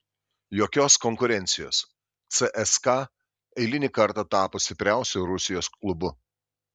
jokios konkurencijos cska eilinį kartą tapo stipriausiu rusijos klubu